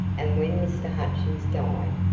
and when mr. hutchins died,